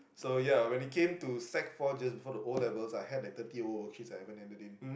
so ya when it came to sec four just before the O-levels I had thirty over worksheets I haven't handed in